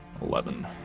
Eleven